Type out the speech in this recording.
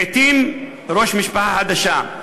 לעתים ראש משפחה חדשה.